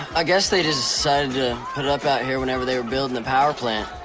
i guess they decided to put it up out here whenever they were building the power plant.